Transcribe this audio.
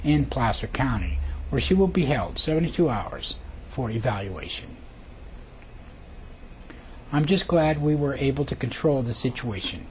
placer county where she will be held seventy two hours for evaluation i'm just glad we were able to control the situation